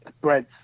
bread's